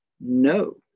No